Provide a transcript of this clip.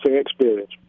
experience